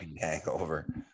hangover